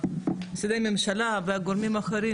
משרדי הממשלה והגורמים האחרים,